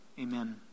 Amen